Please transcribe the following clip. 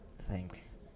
Thanks